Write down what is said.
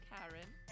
Karen